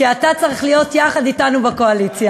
כי אתה צריך להיות יחד אתנו בקואליציה.